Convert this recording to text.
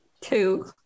Two